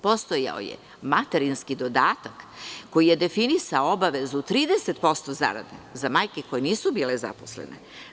Postojao je materinski dodatak koji je definisao da obavezu 30% zarade za majke koje nisu bile zaposlene.